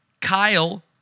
Kyle